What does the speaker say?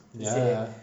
ya